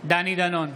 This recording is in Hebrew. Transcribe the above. דני דנון,